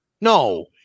no